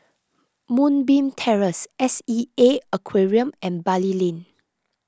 Moonbeam Terrace S E A Aquarium and Bali Lane